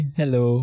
hello